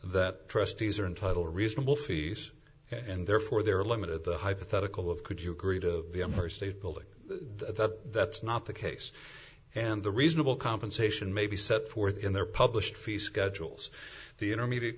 that trustees are entitled to reasonable fees and therefore they are limited the hypoth tical of could you agree to the empire state building the that's not the case and the reasonable compensation may be set forth in their published fee schedules the intermediate